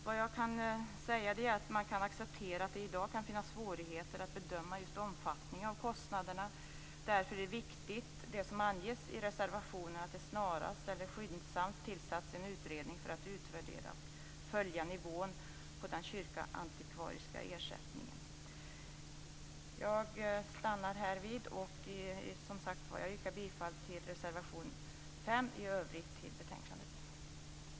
Vad jag vill säga är att man kan acceptera att det i dag kan finnas svårigheter att bedöma just omfattningen av kostnaderna. Därför är det som anges reservationen viktigt; att det snarast eller skyndsamt tillsätts en utredning för att utvärdera och följa nivån på den kyrkoantikvariska ersättningen. Jag stannar härvid, och jag yrkar som sagt var bifall till reservation 5 och i övrigt till hemställan i betänkandet.